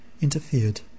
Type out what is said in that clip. interfered